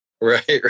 Right